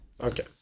Okay